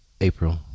April